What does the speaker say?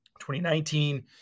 2019